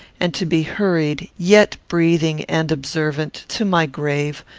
and to be hurried, yet breathing and observant, to my grave,